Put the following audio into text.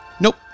Nope